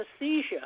anesthesia